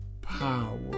power